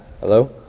Hello